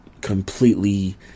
completely